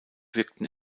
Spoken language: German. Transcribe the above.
wirkten